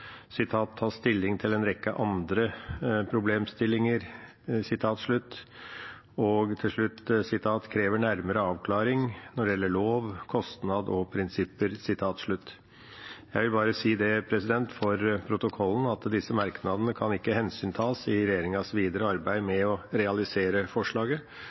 nærmere avklaring» når det gjelder lov, kostnad og prinsipper. Jeg vil for protokollen si at disse merknadene ikke kan hensyntas i regjeringas videre arbeid med å realisere forslaget,